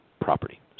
property